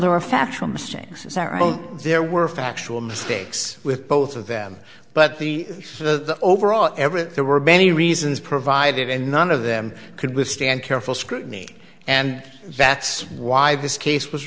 own there were factual mistakes with both of them but the the overall every there were many reasons provided and none of them could withstand careful scrutiny and that's why this case was